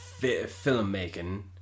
filmmaking